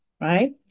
Right